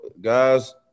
guys